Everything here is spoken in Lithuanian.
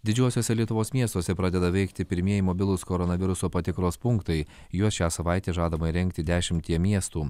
didžiuosiuose lietuvos miestuose pradeda veikti pirmieji mobilūs koronaviruso patikros punktai juos šią savaitę žadama įrengti dešimtyje miestų